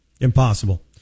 Impossible